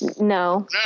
No